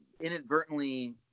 inadvertently